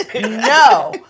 No